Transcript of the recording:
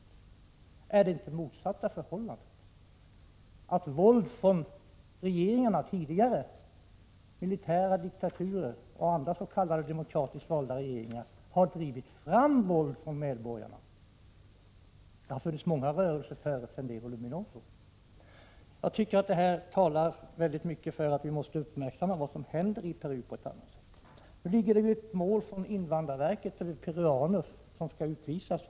Förhåller det sig inte på motsatt sätt, nämligen att det är det våld som tidigare regeringar, militära diktaturer och andra s.k. demokratiskt valda regeringar, har utövat som har framkallat våld från medborgarnas sida. Det har ju funnits många rörelser innan Sendero Luminoso kom till. Jag tycker att detta i mycket hög grad talar för att vi måste uppmärksamma vad som händer i Peru på ett annat sätt än som nu är fallet. Just nu har ju regeringen att avgöra ett mål som gäller peruaner som skall utvisas.